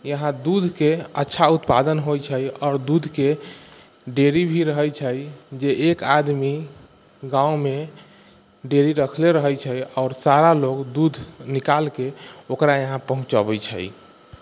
यहाँ दूधके अच्छा उत्पादन होइ छै आओर दूधके डेयरी भी रहै छै जे एक आदमी गाँवमे दूध रखले रहै छै आओर सारा लोग दूध निकालके ओकरा यहाँ पहुँचबै छै